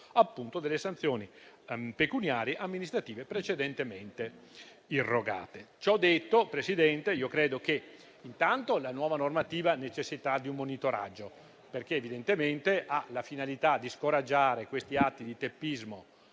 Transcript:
delle sanzioni pecuniarie e amministrative precedentemente irrogate. Ciò detto, Presidente, credo che la nuova normativa necessiterà di un monitoraggio, avendo evidentemente la finalità di scoraggiare questi atti di teppismo,